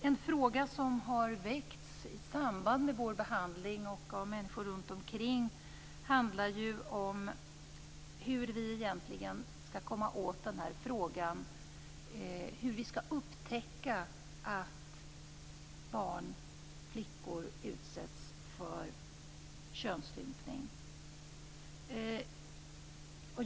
En fråga som har väckts av människor i samband med vår behandling handlar ju om hur vi egentligen skall komma åt den här frågan och hur vi skall upptäcka att flickor utsätts för könsstympning.